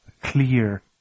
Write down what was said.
clear